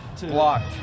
Blocked